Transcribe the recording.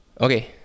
Okay